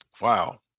Wow